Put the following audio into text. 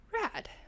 rad